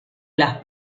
las